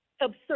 Absurd